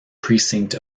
precinct